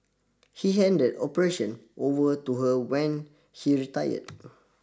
he handed operation over to her when he retired